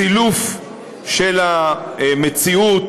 סילוף של המציאות.